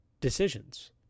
decisions